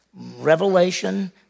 revelation